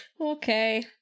Okay